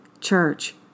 church